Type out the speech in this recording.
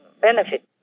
benefit